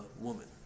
woman